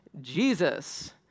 Jesus